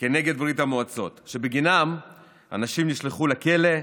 כנגד ברית המועצות שבגינה אנשים נשלחו לכלא,